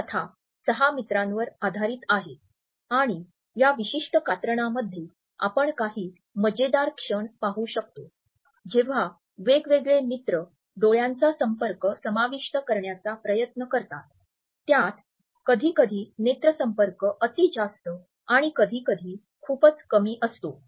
ही कथा सहा मित्रांवर आधारित आहे आणि या विशिष्ट कात्रणामध्ये आपण काही मजेदार क्षण पाहू शकतो जेव्हा वेगवेगळे मित्र डोळ्यांचा संपर्क समाविष्ट करण्याचा प्रयत्न करतात त्यात कधीकधी नेत्रसंपर्क अति जास्त आणि कधीकधी खूपच कमी असतो